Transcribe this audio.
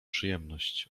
przyjemność